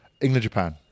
England-Japan